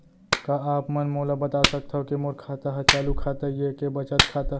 का आप मन मोला बता सकथव के मोर खाता ह चालू खाता ये के बचत खाता?